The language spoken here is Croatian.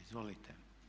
Izvolite.